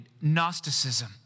Gnosticism